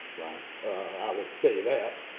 i will tell you that.